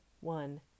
one